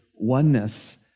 oneness